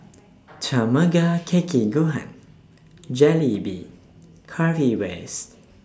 Tamago Kake Gohan Jalebi Currywurst